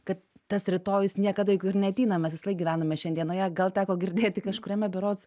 kad tas rytojus niekada juk gi ir neateina mes visąlaik gyvename šiandienoje gal teko girdėti kažkuriame berods